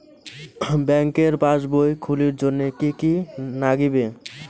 ব্যাঙ্কের পাসবই খুলির জন্যে কি কি নাগিবে?